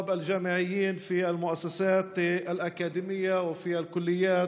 לכל הסטודנטים במוסדות האקדמיים ובמכללות.)